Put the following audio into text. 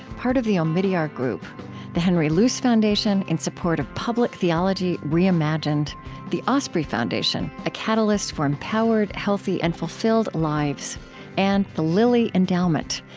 part of the omidyar group the henry luce foundation, in support of public theology reimagined the osprey foundation a catalyst for empowered, healthy, and fulfilled lives and the lilly endowment,